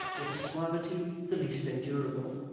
with a suavity the least endurable,